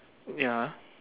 ya